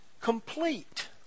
complete